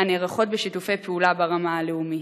הנערכות בשיתופי פעולה ברמה הלאומית.